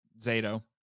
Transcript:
Zato